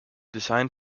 design